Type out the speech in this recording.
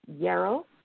yarrow